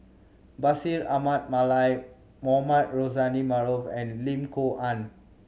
Bashir Ahmad Mallal Mohamed Rozani Maarof and Lim Kok Ann